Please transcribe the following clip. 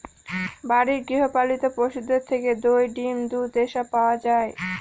বাড়ির গৃহ পালিত পশুদের থেকে দই, ডিম, দুধ এসব পাওয়া যায়